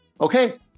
okay